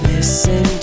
Listen